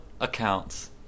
accounts